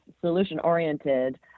solution-oriented